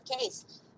case